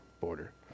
border